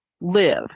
live